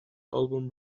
album